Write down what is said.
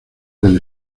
del